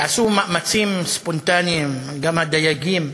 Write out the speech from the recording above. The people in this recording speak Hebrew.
שעשו מאמצים ספונטניים, גם הדייגים,